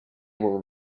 were